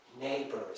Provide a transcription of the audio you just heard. neighbors